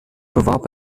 bewarb